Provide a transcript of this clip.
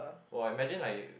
!wah! imagine like